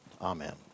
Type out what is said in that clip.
Amen